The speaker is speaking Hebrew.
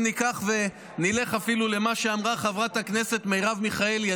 אם ניקח ונלך אפילו למה שאמרה חברת הכנסת מרב מיכאלי,